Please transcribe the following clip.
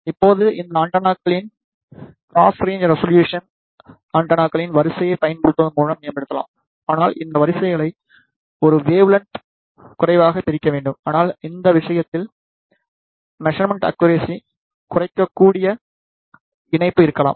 இப்போது இந்த ஆண்டெனாக்களின் க்ராஸ் ரேன்ச் ரெசோலிசனை ஆண்டெனாக்களின் வரிசையைப் பயன்படுத்துவதன் மூலம் மேம்படுத்தலாம் ஆனால் இந்த வரிசைகளை ஒரு வேவ் லென்த்திற்கும் குறைவாகப் பிரிக்க வேண்டும் ஆனால் இந்த விஷயத்தில் மெஷர்மென்ட் அக்குரசியயை குறைக்கக்கூடிய இணைப்பு இருக்கலாம்